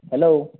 hello